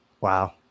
Wow